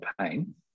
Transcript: pain